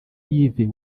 yves